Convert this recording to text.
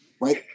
right